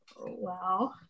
Wow